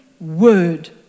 word